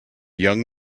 young